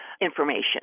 information